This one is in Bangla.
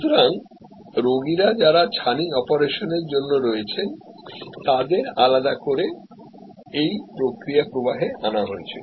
সুতরাং রোগীরা যারা ছানি অপারেশনের জন্য রয়েছেন তাদের আলাদা করে এই প্রক্রিয়া প্রবাহে আনা হয়েছিল